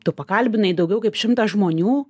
tu pakalbinai daugiau kaip šimtą žmonių